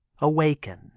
awaken